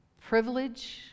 privilege